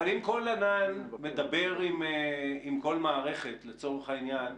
אבל אם כל ענן מדבר עם כל מערכת, לצורך העניין,